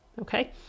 Okay